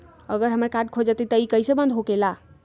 अगर हमर कार्ड खो जाई त इ कईसे बंद होकेला?